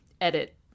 edit